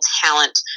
talent